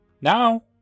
Now